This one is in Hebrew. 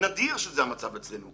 נדיר שזה המצב אצלנו.